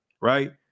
right